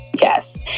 yes